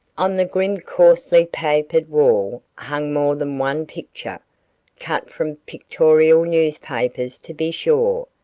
on the grim coarsely papered wall hung more than one picture cut from pictorial newspapers to be sure,